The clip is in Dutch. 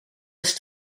als